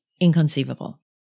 Inconceivable